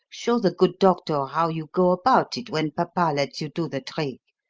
show the good doctor how you go about it when papa lets you do the trick.